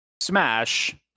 smash